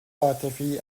عاطفی